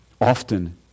often